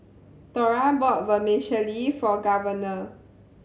Thora bought Vermicelli for Governor